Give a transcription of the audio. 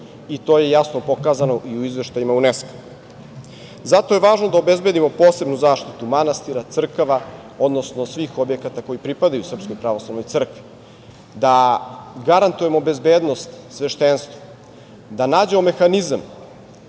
To je jasno pokazano i u izveštajima UNESKO-a. Zato je važno da obezbedimo posebnu zaštitu manastira, crkava, odnosno svih objekata koji pripadaju Srpskoj pravoslavnoj crkvi, da garantujemo bezbednost sveštenstvu, da nađemo mehanizam